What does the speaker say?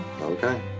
Okay